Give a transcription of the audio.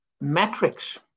metrics